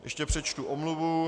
Ještě přečtu omluvu.